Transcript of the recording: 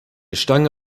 stange